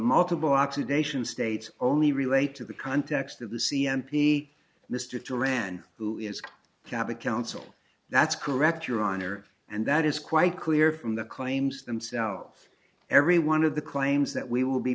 multiple oxidation states only relate to the context of the c m p mr turan who is cabot counsel that's correct your honor and that is quite clear from the claims themselves every one of the claims that we will be